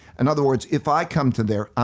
in other words, if i come to there,